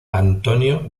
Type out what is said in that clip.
antonio